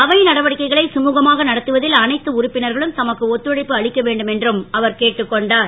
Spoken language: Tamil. அவை நடவடிக்கைகளை குழுகமாக நடத்துவதில் அனைத்து உறுப்பினர்களும் தமக்கு ஒத்துழைப்பு அளிக்க வேண்டும் என்றும் அவர் கேட்டுக் கொண்டார்